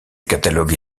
catalogue